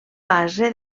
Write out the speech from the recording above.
base